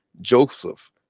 Joseph